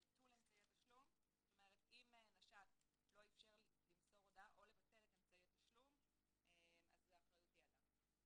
אם היה דיון או לא היה דיון - היה דיון מלא.